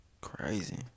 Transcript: crazy